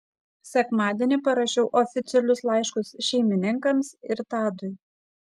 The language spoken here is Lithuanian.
sekmadienį parašiau oficialius laiškus šeimininkams ir tadui